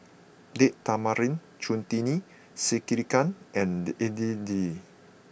Date Tamarind Chutney Sekihan and Idili